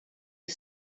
are